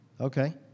Okay